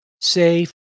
safe